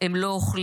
הם לא אוכלים,